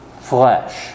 flesh